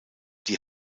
die